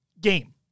game